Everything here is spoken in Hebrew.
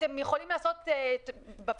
אתם יכולים לפרסם בפייסבוק,